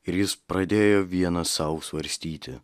ir jis pradėjo vienas sau svarstyti